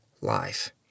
life